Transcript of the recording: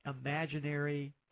imaginary